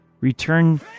return